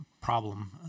problem